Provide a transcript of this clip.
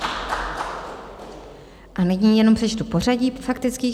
A nyní jenom přečtu pořadí faktických.